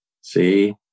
See